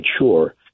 mature